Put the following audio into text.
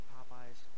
Popeyes